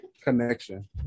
connection